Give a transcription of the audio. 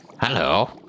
Hello